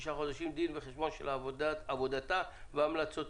לשישה חודשים דין וחשבון של עבודתה והמלצותיה.